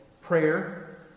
prayer